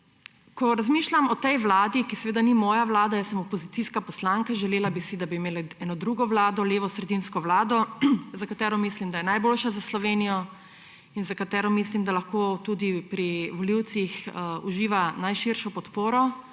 Ko razmišljam o tej vladi – ki seveda ni moja vlada, jaz sem opozicijska poslanka, želela bi si, da bi imeli eno drugo vlado, levosredinsko vlado, za katero mislim, da je najboljša za Slovenijo, in za katero mislim, da lahko tudi pri volivcih uživa najširšo podporo.